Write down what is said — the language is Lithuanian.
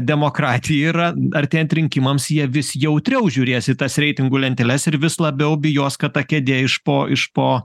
demokratija yra artėjant rinkimams jie vis jautriau žiūrės į tas reitingų lenteles ir vis labiau bijos kad ta kėdė iš po iš po